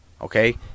okay